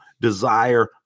desire